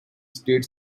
state